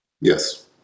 Yes